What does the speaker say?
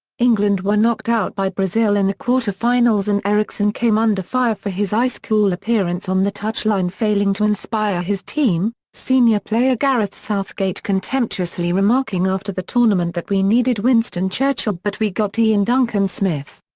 england were knocked out by brazil in the quarter-finals and eriksson came under fire for his ice-cool appearance on the touchline failing to inspire his team, senior player gareth southgate contemptuously remarking after the tournament that we needed winston churchill but we got iain duncan smith.